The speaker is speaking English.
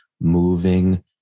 moving